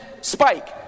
spike